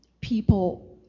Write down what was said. people